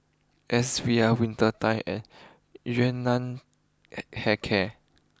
S V R Winter time and Yun Nam Hair care